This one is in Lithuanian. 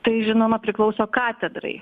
tai žinoma priklauso katedrai